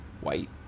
white